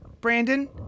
Brandon